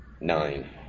nine